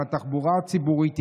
התחבורה הציבורית,